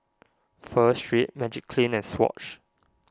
Pho Street Magiclean and Swatch